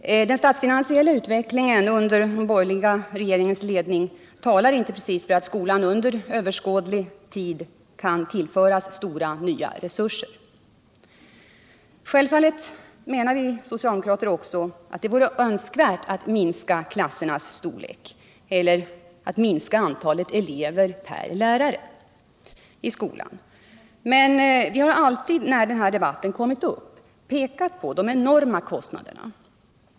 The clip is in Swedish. Den statsfinansiella utvecklingen under den borgerliga regeringens ledning talar inte precis för att skolan under överskådlig tid kan tillföras stora nya resurser. Självfallet menar också vi socialdemokrater att det vore önskvärt att minska antalet elever per lärare i skolan. Men vi har alltid när denna debatt kommit upp pekat på de enorma kostnaderna.